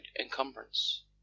encumbrance